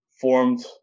formed